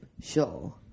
Sure